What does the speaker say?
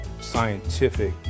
scientific